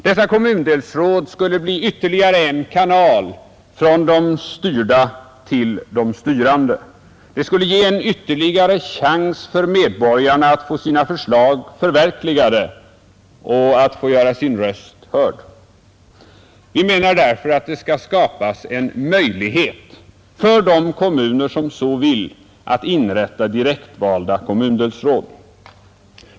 Dessa kommundelsråd skulle bli en ytterligare kanal från de styrda till de styrande, de skulle ge en ytterligare chans för medborgarna att få sina förslag förverkligade, att få göra sin röst hörd. Vi menar därför att det skall skapas en möjlighet för de kommuner som så vill att inrätta direktvalda kommundelsråd.